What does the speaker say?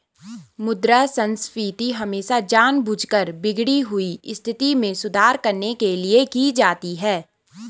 मुद्रा संस्फीति हमेशा जानबूझकर बिगड़ी हुई स्थिति में सुधार करने के लिए की जाती है